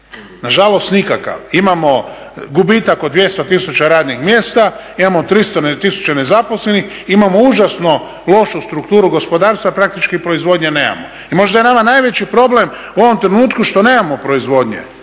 nažalost nikakav. Imamo gubitak od 200 tisuća radnih mjesta, imamo 300 tisuća nezaposlenih, imamo užasno lošu strukturu gospodarstva praktički proizvodnje nemamo. I možda je nama najveći problem u ovom trenutku što nemamo proizvodnje.